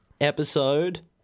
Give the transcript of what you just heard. episode